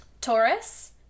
Taurus